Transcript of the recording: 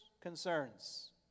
concerns